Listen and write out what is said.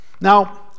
Now